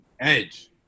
Edge